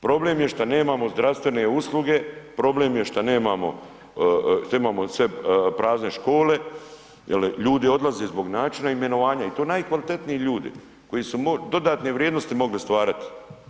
Problem je šta nemamo zdravstvene usluge, problem je šta imamo sve prazne škole jel ljudi odlaze zbog načina imenovanja i to najkvalitetniji ljudi koji su dodatne vrijednosti mogli stvarati.